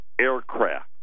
aircraft